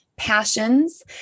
passions